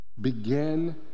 begin